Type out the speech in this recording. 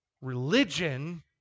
religion